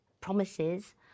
promises